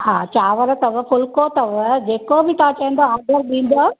हा चांवर अथव फुल्को अथव जेको बि तव्हां चईंदा ऑर्डर ॾींदा